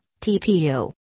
TPU